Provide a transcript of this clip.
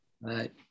right